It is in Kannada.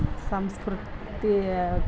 ಸ್ ಸಂಸ್ಕೃತೀಯ